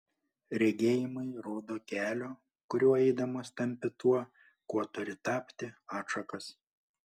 regėjimai rodo kelio kuriuo eidamas tampi tuo kuo turi tapti atšakas